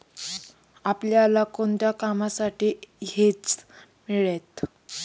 आपल्याला कोणत्या कामांसाठी हेज मिळतं?